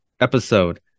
episode